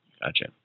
Gotcha